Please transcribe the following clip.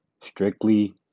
Strictly